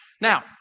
Now